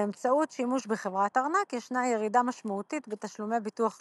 באמצעות שימוש בחברת ארנק ישנה ירידה משמעותית בתשלומי ביטוח לאומי,